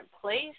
place